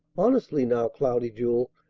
honestly, now, cloudy jewel,